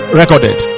recorded